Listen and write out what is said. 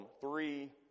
three